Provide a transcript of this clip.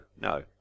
no